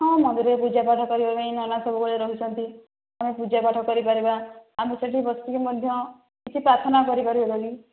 ହଁ ମନ୍ଦିରରେ ପୂଜା ପାଠ କରିବା ପାଇଁ ନନା ସବୁବେଳେ ରହୁଛନ୍ତି ଆମେ ପୂଜା ପାଠ କରି ପାରିବା ଆମେ ସେଠି ବସିକି ମଧ୍ୟ ସେଠି ପ୍ରାର୍ଥନା କରିପାରିବେ